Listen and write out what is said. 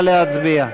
נא להצביע.